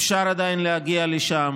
אפשר עדיין להגיע לשם.